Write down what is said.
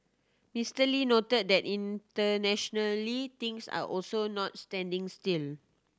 Mister Lee noted that internationally things are also not standing still